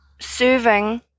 serving